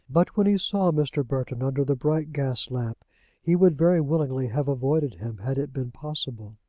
but when he saw mr. burton under the bright gas-lamp he would very willingly have avoided him, had it been possible.